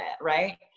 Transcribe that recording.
right